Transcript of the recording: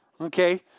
Okay